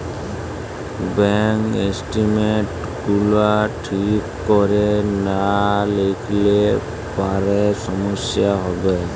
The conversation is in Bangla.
ব্যাংক ইসটেটমেল্টস গুলান ঠিক ক্যরে লা লিখলে পারে সমস্যা হ্যবে